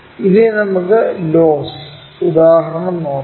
ഇനി നമുക്ക് ലോസ് ഉദാഹരണം നോക്കാം